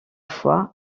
fois